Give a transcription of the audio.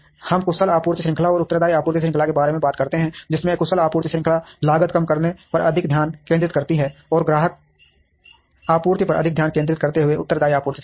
हम कुशल आपूर्ति श्रृंखला और उत्तरदायी आपूर्ति श्रृंखला के बारे में बात करते हैं जिसमें कुशल आपूर्ति श्रृंखला लागत कम करने पर अधिक ध्यान केंद्रित करती है और ग्राहक आपूर्ति पर अधिक ध्यान केंद्रित करते हुए उत्तरदायी आपूर्ति श्रृंखला